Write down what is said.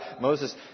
Moses